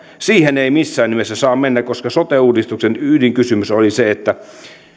siihen ei missään nimessä saa mennä koska sote uudistuksen ydinkysymys oli se että